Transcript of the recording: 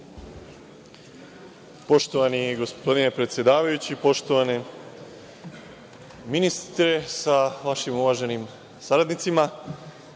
Poštovani gospodine predsedavajući, poštovani ministre sa vašim uvaženim saradnicima,